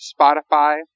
Spotify